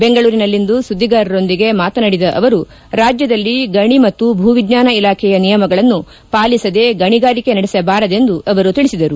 ಬೆಂಗಳೂರಿನಲ್ಲಿಂದು ಸುದ್ದಿಗಾರರೊಂದಿಗೆ ಮಾತನಾಡಿದ ಅವರು ರಾಜ್ಯದಲ್ಲಿ ಗಣಿ ಮತ್ತು ಭೂ ವಿಜ್ವಾನ ಇಲಾಖೆಯ ನಿಯಮಗಳನ್ನು ಪಾಲಿಸದೆ ಗಣಿಗಾರಿಕೆ ನಡೆಸಬಾರದೆಂದು ತಿಳಿಸಿದರು